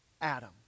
Adam